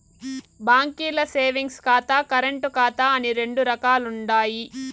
బాంకీల్ల సేవింగ్స్ ఖాతా, కరెంటు ఖాతా అని రెండు రకాలుండాయి